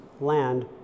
land